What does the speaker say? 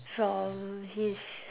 from his